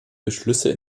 beschlüsse